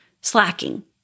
slacking